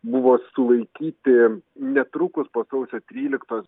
buvo sulaikyti netrukus po sausio tryliktos